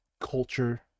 culture